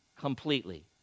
completely